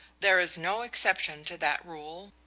there is no exception to that rule,